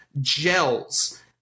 gels